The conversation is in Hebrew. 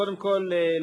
קודם כול,